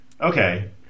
Okay